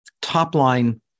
top-line